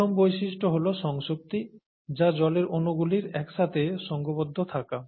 প্রথম বৈশিষ্ট্য হল সংসক্তি কোহেশন যা জলের অনুগুলির একসাথে সঙ্ঘবদ্ধ থাকা